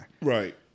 Right